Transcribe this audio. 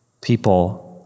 people